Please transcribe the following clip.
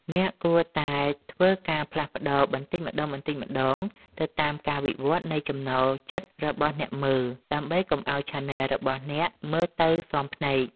អ្នកគួរតែធ្វើការផ្លាស់ប្តូរបន្តិចម្តងៗទៅតាមការវិវត្តន៍នៃចំណូលចិត្តរបស់អ្នកមើល ដើម្បីកុំឱ្យឆានែលរបស់អ្នកមើលទៅស៊ាំភ្នែក។